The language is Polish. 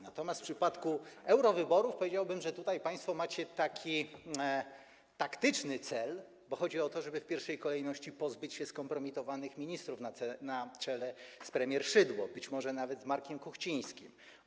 Natomiast w przypadku eurowyborów, powiedziałbym, państwo macie taki taktyczny cel, bo chodzi o to, żeby w pierwszej kolejności pozbyć się skompromitowanych ministrów, na czele z premier Szydło, być może nawet z Markiem Kuchcińskim.